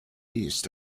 east